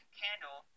candle